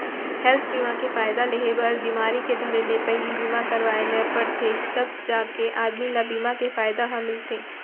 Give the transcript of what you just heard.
health बीमा के फायदा लेहे बर बिमारी के धरे ले पहिली बीमा करवाय ल परथे तव जाके आदमी ल बीमा के फायदा ह मिलथे